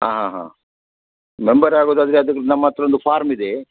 ಹಾಂ ಹಾಂ ಹಾಂ ಮೆಂಬರ್ ಆಗೋದಾದರೆ ಅದ್ರದ್ದು ನಮ್ಮ ಹತ್ರ ಒಂದು ಫಾರ್ಮ್ ಇದೆ